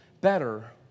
better